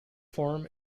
form